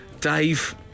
Dave